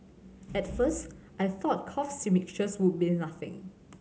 at first I thought cough mixture would be nothing